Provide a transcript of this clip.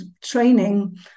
training